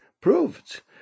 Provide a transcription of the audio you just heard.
proved